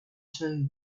two